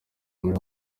muri